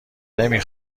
نمی